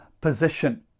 position